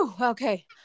okay